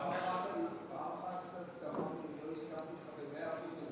פעם אחת לא הסכמתי אתך במאה אחוז אז